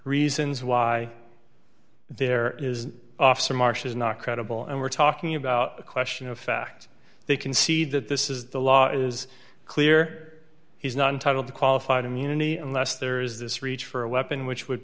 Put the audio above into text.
reasons why there is officer marsh is not credible and we're talking about a question of fact they can see that this is the law is clear he's not entitled to qualified immunity unless there is this reach for a weapon which would